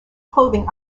clothing